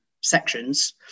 sections